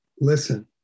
listen